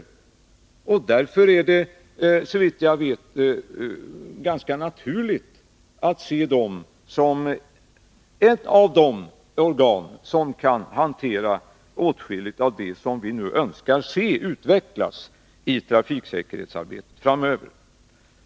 Såvitt jag förstår är det därför ganska naturligt att se dem som ett av de organ som kan hantera åtskilligt av det som vi önskar se utvecklas i trafiksäkerhetsarbetet framöver.